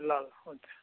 ल ल हुन्छ